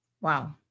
Wow